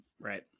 right